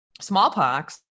smallpox